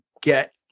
get